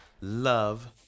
Love